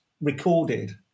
recorded